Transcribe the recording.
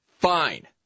fine